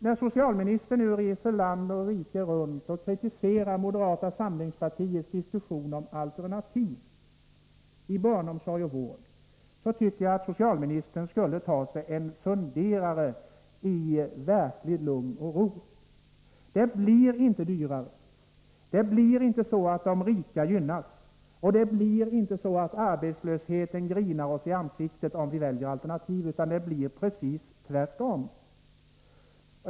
När socialministern nu reser land och rike runt och kritiserar moderata samlingspartiets diskussion om alternativ i barnomsorg och vård, tycker jag att socialministern verkligen skall ta sig en funderare på detta i lugn och ro. Det blir inte dyrare, de rika gynnas inte, och arbetslösheten grinar oss inte i ansiktet om vi väljer alternativ, utan det blir precis tvärtom.